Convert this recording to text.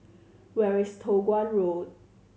where is Toh Guan Road